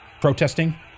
protesting